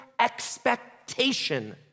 expectation